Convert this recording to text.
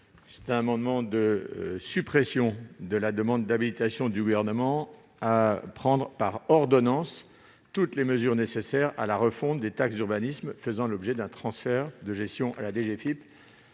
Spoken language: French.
Cet amendement vise à supprimer la demande d'habilitation du Gouvernement à prendre par ordonnances toutes les mesures nécessaires à la refonte des taxes d'urbanisme faisant l'objet d'un transfert de gestion à la DGFiP.